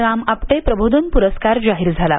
राम आपटे प्रबोधन पुरस्कार जाहीर झाला आहे